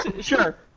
Sure